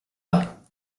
pas